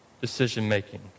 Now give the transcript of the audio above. decision-making